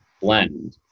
Blend